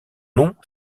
nom